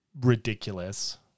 ridiculous